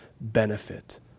benefit